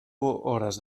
hores